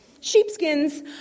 sheepskins